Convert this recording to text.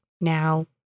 now